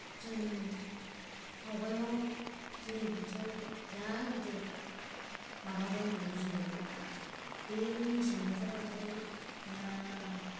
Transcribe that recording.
जों आवगायाव जोंनि खाथियाव जा गिदिर माबा दंमोन बिलो बे मेसें बोथोरबाथाय जा